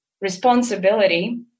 responsibility